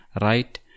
right